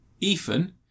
Ethan